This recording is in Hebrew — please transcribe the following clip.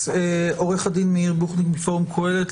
עו"ד מאיר בוחניק, פורום קהלת.